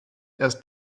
erst